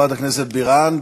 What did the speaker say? חברת הכנסת בירן,